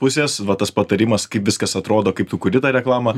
pusės va tas patarimas kaip viskas atrodo kaip tu kuri tą reklamą